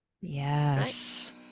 Yes